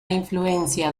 influencia